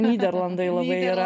nyderlandai labai yra